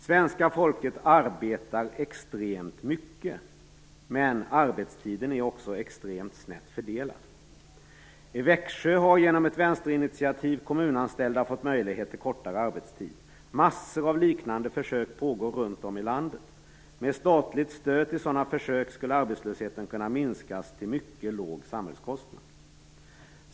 Svenska folket arbetar extremt mycket, men arbetstiden är också extremt snett fördelad. I Växjö har, genom ett vänsterinitiativ, kommunanställda fått möjlighet till kortare arbetstid. Massor av liknande försök pågår runt om i landet. Med statligt stöd till sådana försök skulle arbetslösheten kunna minskas till en mycket låg samhällskostnad.